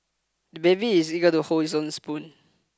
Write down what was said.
the baby is eager to hold his own spoon